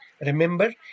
Remember